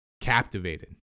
captivated